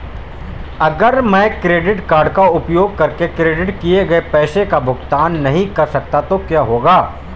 अगर मैं credit card का उपयोग करके क्रेडिट किए गए पैसे का भुगतान नहीं कर सकता तो क्या होगा?